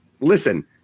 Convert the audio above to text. listen